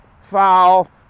foul